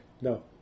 No